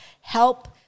Help